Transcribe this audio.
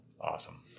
awesome